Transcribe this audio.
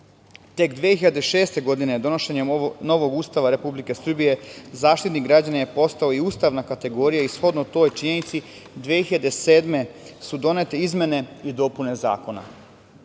2006. godine, odnošenjem novog Ustava Republike Srbije, Zaštitnik građana je postao i ustavna kategorija i shodno toj činjenici, 2007. godine su donete izmene i dopune